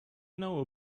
know